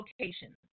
locations